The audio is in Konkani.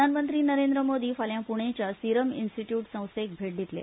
प्रधानमंत्री नरेंद्र मोदी फाल्यां पुणेंच्या सिरम इन्स्टिट्यूट संस्थेक भेट दितले